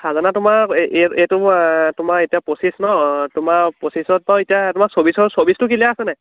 খাজানা তোমাৰ এইটো তোমাৰ এতিয়া পঁচিছ ন তোমাৰ পঁচিছত বাৰু এতিয়া তোমাৰ চৌবিছৰ চৌবিছটো ক্লিয়াৰ আছে নাই